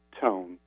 tone